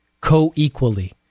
co-equally